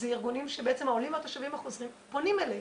זה ארגונים שבעצם העולים והתושבים החוזרים פונים אליהם.